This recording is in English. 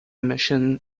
mission